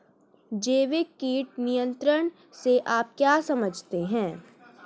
जैविक कीट नियंत्रण से आप क्या समझते हैं?